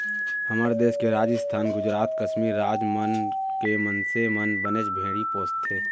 हमर देस के राजिस्थान, गुजरात, कस्मीर राज मन के मनसे मन बनेच भेड़ी पोसथें